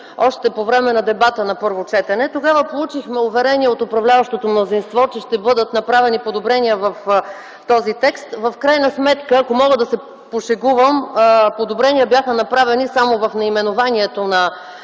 още по време на дебата на първо четене. Тогава получихме уверение от управляващото мнозинство, че ще бъдат направени подобрения в този текст, но в крайна сметка, ако мога да се пошегувам, подобрения бяха направени само в наименованието на